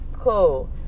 cool